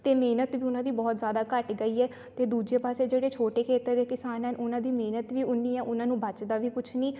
ਅਤੇ ਮਿਹਨਤ ਵੀ ਉਹਨਾਂ ਦੀ ਬਹੁਤ ਜ਼ਿਆਦਾ ਘੱਟ ਗਈ ਹੈ ਅਤੇ ਦੂਜੇ ਪਾਸੇ ਜਿਹੜੇ ਛੋਟੇ ਖੇਤਰ ਦੇ ਕਿਸਾਨ ਹਨ ਉਹਨਾਂ ਦੀ ਮਿਹਨਤ ਵੀ ਓਨੀ ਹੈ ਉਹਨਾਂ ਨੂੰ ਬਚਦਾ ਵੀ ਕੁਛ ਨਹੀਂ